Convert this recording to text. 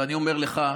ואני אומר לך,